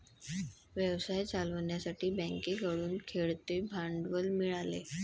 व्यवसाय चालवण्यासाठी बँकेकडून खेळते भांडवल मिळाले